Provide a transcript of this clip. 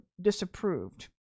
disapproved